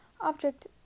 object